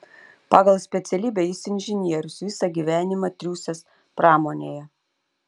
pagal specialybę jis inžinierius visą gyvenimą triūsęs pramonėje